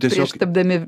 prieš tapdami